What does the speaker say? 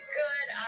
good